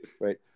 Right